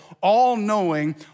all-knowing